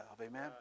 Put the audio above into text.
Amen